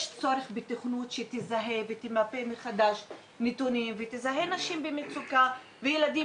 יש צורך בתוכנית שתזהה ותמפה מחדש נתונים ותזהה נשים במצוקה וילדים